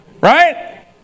right